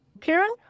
Karen